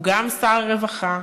הוא גם שר הרווחה,